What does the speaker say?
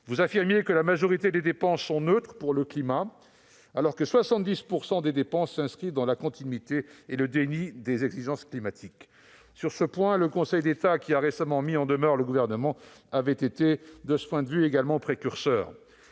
Vous affirmiez que la majorité des dépenses étaient neutres pour le climat, alors que 70 % d'entre elles s'inscrivent dans la continuité et le déni des exigences climatiques. Sur ce point, le Conseil d'État, qui a récemment mis en demeure le Gouvernement, a été également précurseur.